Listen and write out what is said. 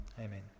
Amen